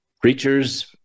preachers